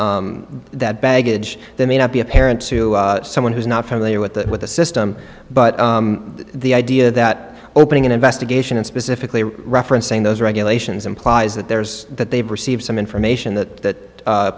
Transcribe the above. that baggage that may not be apparent to someone who's not familiar with that with the system but the idea that opening an investigation and specifically referencing those regulations implies that there's that they've received some information that